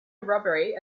robbery